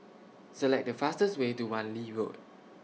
Select The fastest Way to Wan Lee Road